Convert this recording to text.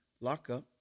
lockup